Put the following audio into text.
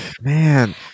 Man